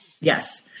Yes